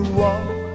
walk